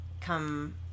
come